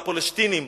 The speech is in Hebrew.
הפלסטינים,